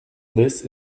this